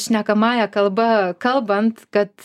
šnekamąja kalba kalbant kad